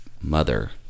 mother